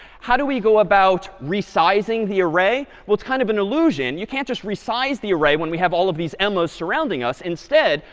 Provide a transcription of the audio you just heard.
how do we go about resizing the array? well, it's kind of an illusion. you can't just resize the array when we have all of these emmas surrounding us. instead,